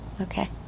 okay